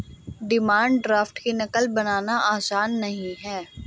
demand draft की नक़ल बनाना आसान नहीं है